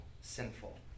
sinful